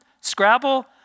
Scrabble